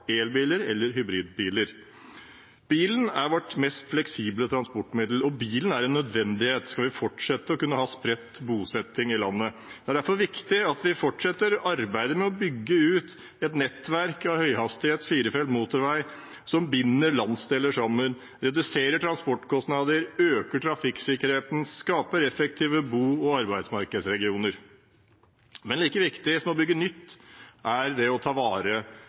elbiler eller hybridbiler. Bilen er vårt mest fleksible transportmiddel, og bilen er en nødvendighet skal vi fortsatt ha spredt bosetting i landet. Det er derfor viktig at vi fortsetter arbeidet med å bygge ut et nettverk av høyhastighets, firefelts motorveier, som binder landsdelene sammen, reduserer transportkostnadene, øker trafikksikkerheten og skaper effektive bo- og arbeidsmarkedsregioner. Men like viktig som å bygge nytt, er det å ta vare